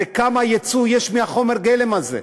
זה כמה יצוא יש מחומר הגלם הזה.